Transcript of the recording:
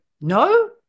no